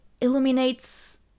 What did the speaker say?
illuminates